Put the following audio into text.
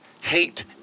hate